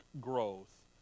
growth